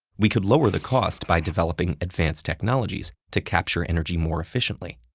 we could lower the cost by developing advanced technologies to capture energy more efficiently.